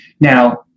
Now